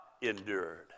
endured